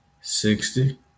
sixty